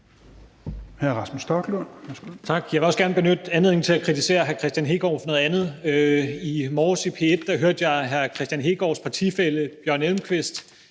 Jeg vil også gerne benytte anledningen til at kritisere hr. Kristian Hegaard for noget andet. I morges i P1 hørte jeg hr. Kristian Hegaards partifælle Bjørn Elmquist,